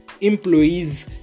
employees